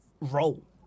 role